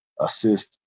Assist